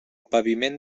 paviment